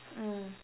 mm